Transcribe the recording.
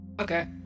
Okay